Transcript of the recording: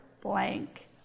blank